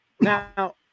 Now